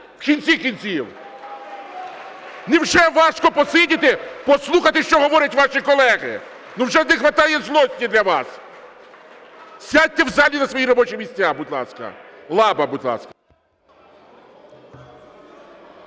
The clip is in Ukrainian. В кінці кінців! Невже важко посидіти, послухати, що говорять ваші колеги?! Ну вже не хватає злості для вас! Сядьте в залі на свої робочі місця, будь ласка! Лаба, будь ласка.